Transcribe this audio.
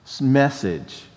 message